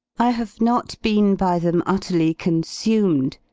i have not been by them utterly consumed,